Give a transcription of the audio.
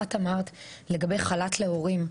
את אמרת לגבי חל"ת הורים,